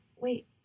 wait